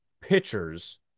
pitchers